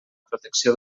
protecció